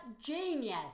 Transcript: genius